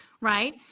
right